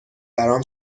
برام